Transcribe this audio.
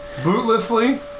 Bootlessly